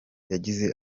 yagize